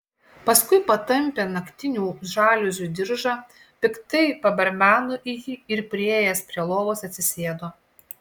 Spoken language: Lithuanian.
paskui patampė naktinių žaliuzių diržą piktai pabarbeno į jį ir priėjęs prie lovos atsisėdo